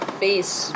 face